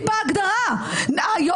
ושם אנחנו רק פותחים את הדלתות,